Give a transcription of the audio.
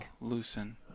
loosen